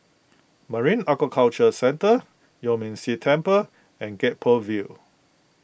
Marine Aquaculture Centre Yuan Ming Si Temple and Gek Poh Ville